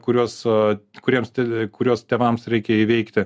kuriuos o kuriems tė kuriuos tėvams reikia įveikti